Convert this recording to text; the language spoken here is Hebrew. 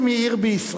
אם היא עיר בישראל,